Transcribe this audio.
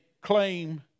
claim